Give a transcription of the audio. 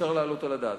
שאפשר להעלות על הדעת.